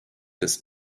des